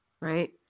right